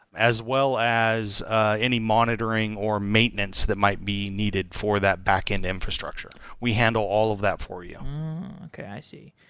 as well as any monitoring or maintenance that might be needed for that backend infrastructure. we handle all of that for you okay. i see.